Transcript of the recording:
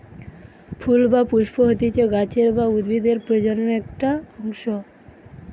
ফুল বা পুস্প হতিছে গাছের বা উদ্ভিদের প্রজনন একটো অংশ